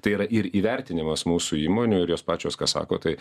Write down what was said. tai yra ir įvertinimas mūsų įmonių ir jos pačios ką sako tai